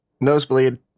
Nosebleed